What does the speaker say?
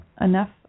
enough